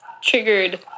triggered